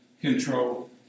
control